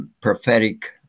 prophetic